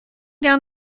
down